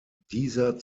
dieser